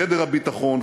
גדר הביטחון,